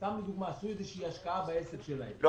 עשו איזושהי השקעה בעסק שלהם,